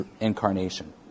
incarnation